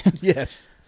Yes